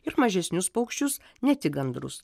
ir mažesnius paukščius ne tik gandrus